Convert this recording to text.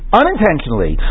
unintentionally